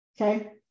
Okay